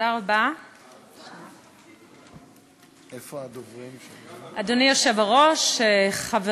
לא מנהל פה את הדיון, זאת לא ועדת החוקה, חוק